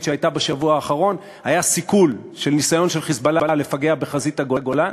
שהייתה בשבוע האחרון: היה סיכול של ניסיון של "חיזבאללה" לפגע בחזית הגולן.